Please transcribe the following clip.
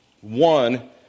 one